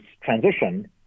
transition